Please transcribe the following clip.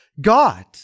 God